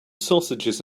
sausages